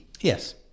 Yes